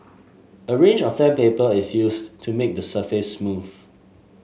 a range of sandpaper is used to make the surface smooth